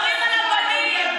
מדברים על הבנים,